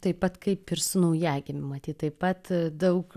taip pat kaip ir su naujagimiu matyt taip pat daug